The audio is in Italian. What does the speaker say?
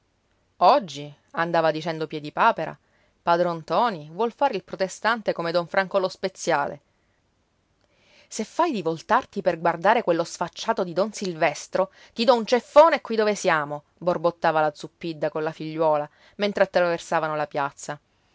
oggi andava dicendo piedipapera padron ntoni vuol fare il protestante come don franco lo speziale se fai di voltarti per guardare quello sfacciato di don silvestro ti dò un ceffone qui dove siamo borbottava la zuppidda colla figliuola mentre attraversavano la piazza